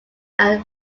are